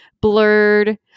blurred